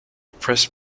press